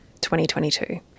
2022